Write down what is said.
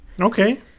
okay